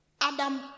Adam